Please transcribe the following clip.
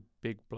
big